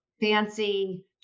fancy